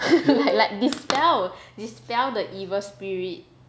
like dispel dispel the evil spirit